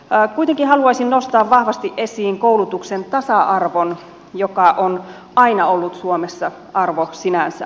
kuitenkin haluaisin nostaa vahvasti esiin koulutuksen tasa arvon joka on aina ollut suomessa arvo sinänsä